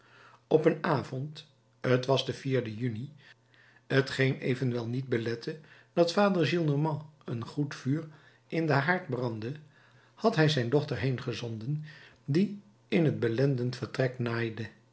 op een avond t was de juni t geen evenwel niet belette dat vader gillenormand een goed vuur in den haard brandde had hij zijn dochter heengezonden die in het belendend vertrek